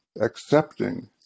accepting